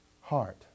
heart